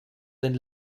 den